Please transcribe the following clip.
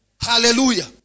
Hallelujah